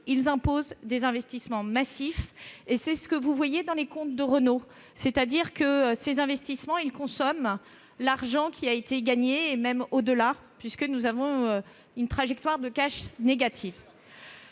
défis imposent des investissements massifs ; c'est ce que vous constatez dans les comptes de Renault. Ces investissements consomment l'argent gagné et même au-delà, puisque l'on observe une trajectoire de cash négative.